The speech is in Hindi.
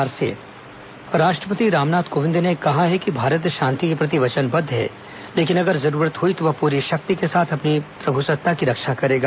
राष्ट्रपति आतंकवाद राष्ट्रपति रामनाथ कोविंद ने कहा है कि भारत शांति के प्रति वचनबद्द है लेकिन अगर जरूरत हुई तो वह पूरी शक्ति के साथ अपनी प्रभुसत्ता की रक्षा करेगा